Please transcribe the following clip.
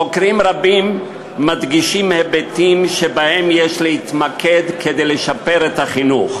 חוקרים רבים מדגישים היבטים שבהם יש להתמקד כדי לשפר את החינוך,